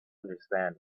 understand